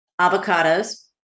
Avocados